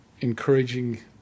encouraging